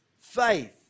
faith